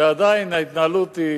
ועדיין, ההתנהלות היא